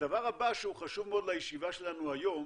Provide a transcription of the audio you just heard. הדבר הבא שהוא חשוב מאוד לישיבה שלנו היום